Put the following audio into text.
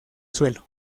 suelo